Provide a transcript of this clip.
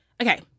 okay